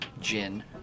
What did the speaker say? gin